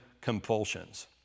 compulsions